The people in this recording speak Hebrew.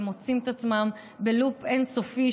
ומוצאים את עצמם בלופ אין-סופי,